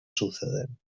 suceden